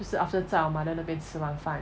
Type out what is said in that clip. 就是 after 在我: zai wo mother 那边吃完饭